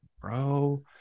Bro